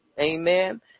Amen